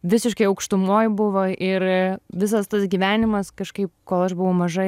visiškai aukštumoj buvo ir visas tas gyvenimas kažkaip kol aš buvau maža